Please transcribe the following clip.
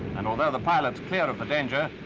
and although the pilot's clear of the danger,